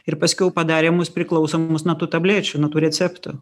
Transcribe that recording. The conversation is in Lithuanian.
ir paskiau padarė mus priklausomus nuo tų tablečių nuo tų receptų